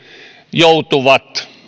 joutuvat